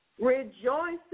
Rejoice